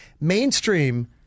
Mainstream